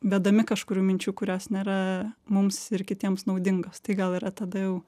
vedami kažkur minčių kurios nėra mums ir kitiems naudingos tai gal yra tada jau